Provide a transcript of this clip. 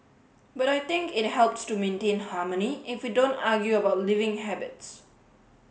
but I think it helps to maintain harmony if we don't argue about living habits